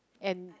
and